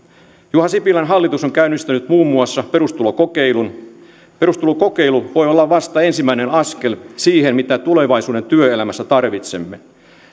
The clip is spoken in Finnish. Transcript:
juha sipilän hallitus on käynnistänyt muun muassa perustulokokeilun perustulokokeilu voi olla vasta ensimmäinen askel siihen mitä tulevaisuuden työelämässä tarvitsemme